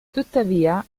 tuttavia